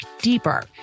deeper